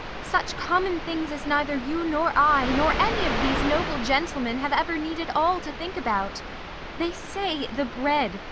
such common things as neither you nor i, nor any of these noble gentlemen, have ever need at all to think about they say the bread,